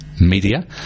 media